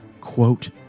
quote